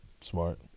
Smart